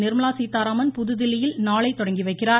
நிர்மலா சீதாராமன் புதுதில்லியில் நாளை தொடங்கி வைக்கிறார்